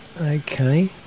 Okay